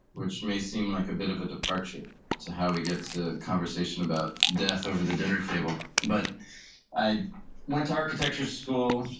which may seem like a bit of a departure to how we get to conversation about death over the dinner table. but i went to architecture school,